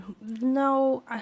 no